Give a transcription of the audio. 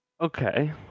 Okay